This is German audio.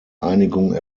einigung